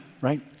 right